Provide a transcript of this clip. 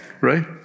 Right